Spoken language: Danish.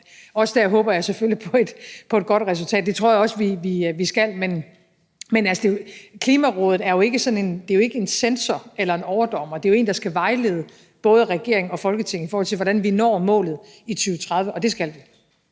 også dér håber jeg selvfølgelig på et godt resultat. Det tror jeg også vi skal få. Men altså, Klimarådet er jo ikke en censor eller en overdommer, det er jo et råd, der skal vejlede både regering og Folketing, i forhold til hvordan vi når målet i 2030. Og det skal vi.